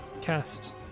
cast